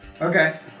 Okay